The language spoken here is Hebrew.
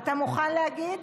אתה מוכן להגיד